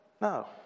No